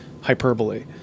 hyperbole